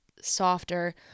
softer